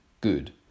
good